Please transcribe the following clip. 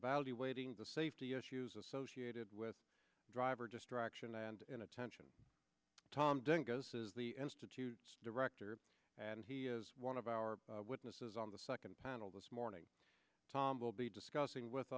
weighting the safety issues associated with driver distraction and inattention tom dingo says the institute's director and he is one of our witnesses on the second panel this morning tom will be discussing with